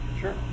Sure